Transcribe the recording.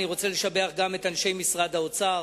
אני רוצה גם לשבח את אנשי משרד האוצר,